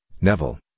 Neville